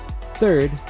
Third